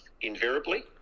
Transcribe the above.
invariably